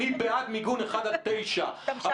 אני בעד מיגון אחד עד תשעה קילומטר.